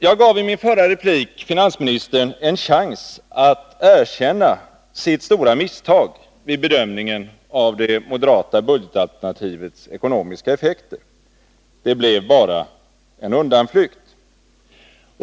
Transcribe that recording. Jag gav i min förra replik finansministern en chans att erkänna sitt stora misstag vid bedömningen av det moderata budgetalternativets ekonomiska effekter. Det blev bara en undanflykt.